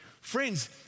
Friends